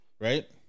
right